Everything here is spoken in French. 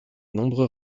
nombreux